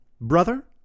Brother